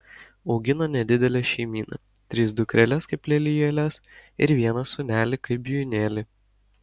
augino nedidelę šeimyną tris dukreles kaip lelijėles ir vieną sūnelį kaip bijūnėlį